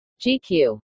GQ